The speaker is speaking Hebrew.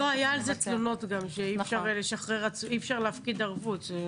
היו על זה גם תלונות שאי-אפשר להפקיד ערבות.